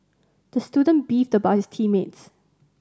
the student beefed about his team mates